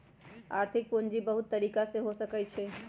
आर्थिक पूजी बहुत तरिका के हो सकइ छइ